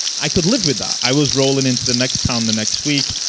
i could live with that. i was rolling into the next town the next week.